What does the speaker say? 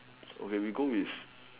okay we go with